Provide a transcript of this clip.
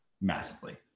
massively